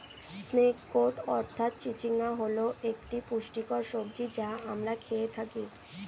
snake gourd অর্থাৎ চিচিঙ্গা হল একটি পুষ্টিকর সবজি যা আমরা খেয়ে থাকি